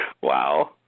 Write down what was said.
Wow